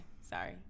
sorry